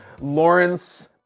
Lawrence